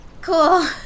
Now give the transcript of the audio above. Cool